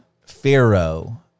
Pharaoh